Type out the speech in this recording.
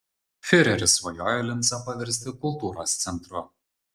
fiureris svajojo lincą paversti kultūros centru